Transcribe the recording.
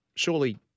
Surely